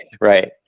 Right